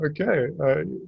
okay